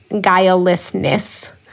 guilelessness